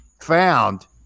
found